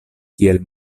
kiel